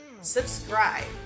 subscribe